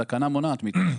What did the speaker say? התקנה מונעת מאיתנו.